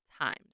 times